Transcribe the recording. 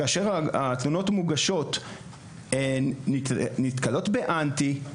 כאשר התלונות המוגשות נתקלות באנטי,